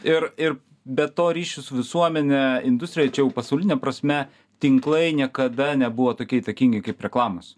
ir ir be to ryšių su visuomene industrijoj čia jau pasauline prasme tinklai niekada nebuvo tokie įtakingi kaip reklamos